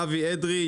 אבי אדרי,